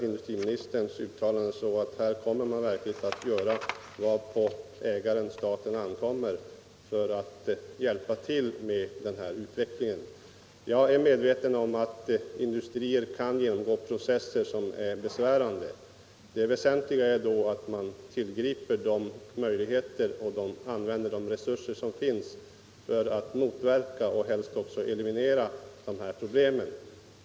Industriministerns uttalande tolkar jag så, att man här verkligen kommer att göra vad på ägaren-staten ankommer för att hjälpa till med den här utvecklingen. Jag är medveten om att industrier kan genomgå processer som är besvärliga. Det väsentliga är då att man tillgriper de möjligheter och använder de resurser som finns för att motverka och helst också eliminera dessa problem.